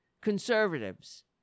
conservatives